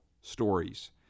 stories